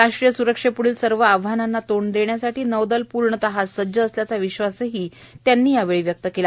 राष्ट्रीय स्रक्षेप्ढील सर्व आव्हानांना तोंड देण्यासाठी नौदल पूर्णतः सज्ज असल्याचा विश्वासही त्यांनी यावेळी व्यक्त केला